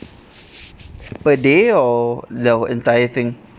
per day or the entire thing